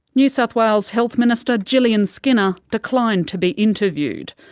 new south wales health minister jillian skinner declined to be interviewed.